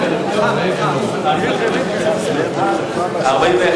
בעד, 41,